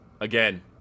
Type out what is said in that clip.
again